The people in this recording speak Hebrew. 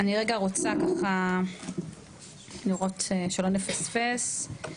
אני רגע רוצה לראות שלא נפספס,